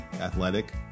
Athletic